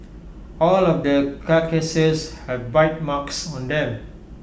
all of the carcasses have bite marks on them